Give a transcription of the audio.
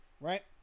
Right